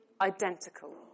identical